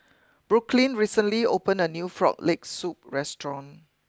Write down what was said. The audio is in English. Brooklynn recently opened a new Frog Leg Soup restaurant